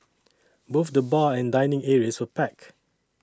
both the bar and dining areas were packed